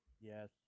Yes